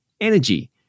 Energy